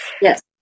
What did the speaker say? Yes